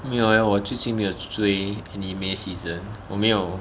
没有 leh 我最近没有追 anime season 我没有